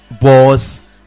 boss